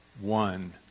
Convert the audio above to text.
one